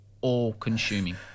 all-consuming